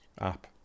app